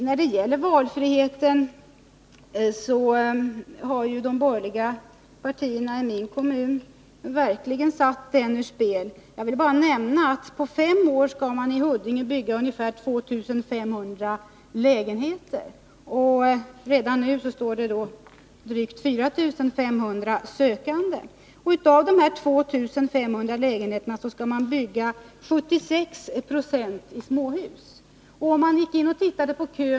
När det gäller valfriheten vill jag bara nämna att de borgerliga partierna i min kommun verkligen har satt den ur spel. På fem år skall man i Huddinge bygga ungefär 2 500 lägenheter. Redan nu finns det drygt 4 500 sökande. Av dessa 2 500 lägenheter skall 76 976 byggas i småhus.